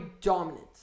dominant